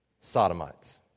sodomites